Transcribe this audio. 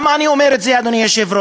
למה אני אומר את זה, אדוני היושב-ראש?